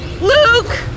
Luke